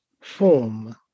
form